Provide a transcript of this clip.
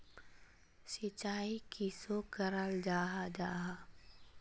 सिंचाई किसोक कराल जाहा जाहा?